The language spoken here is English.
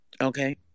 Okay